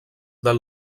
del